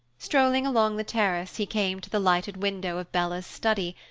strolling along the terrace, he came to the lighted window of bella's study,